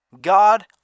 God